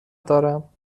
دارم